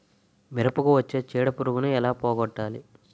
మిరపకు వచ్చే చిడపురుగును ఏల పోగొట్టాలి?